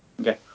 Okay